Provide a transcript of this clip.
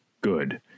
good